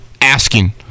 asking